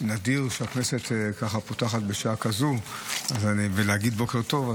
נדיר שהכנסת פותחת בשעה כזאת ולהגיד בוקר טוב,